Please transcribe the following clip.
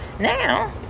Now